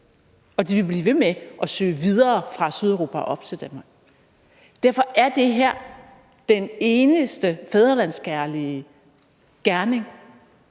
og de vil blive ved med at søge videre fra Sydeuropa og op til Danmark. Derfor er det her den eneste fædrelandskærlige løsning